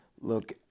Look